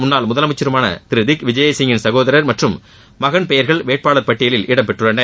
முன்னாள் முதலமைச்சரான திரு திக் விஜய் சிங்கின் சகோதரர் மற்றும் மகன் பெயர்கள் வேட்பாளர் பட்டியலில் இடம்பெற்றுள்ளன